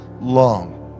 long